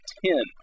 ten